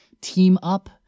team-up